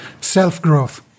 self-growth